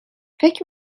فکر